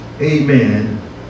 amen